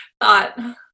thought